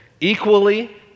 equally